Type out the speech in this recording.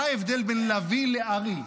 מה ההבדל בין לביא לארי?